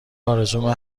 آرزومه